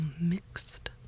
mixed